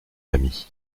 ami